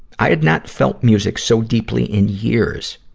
i had not felt music so deeply in years.